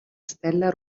stella